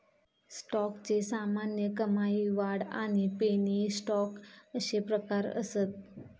स्टॉकचे सामान्य, कमाई, वाढ आणि पेनी स्टॉक अशे प्रकार असत